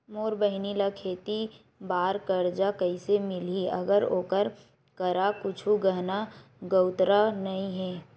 मोर बहिनी ला खेती बार कर्जा कइसे मिलहि, अगर ओकर करा कुछु गहना गउतरा नइ हे?